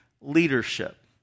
leadership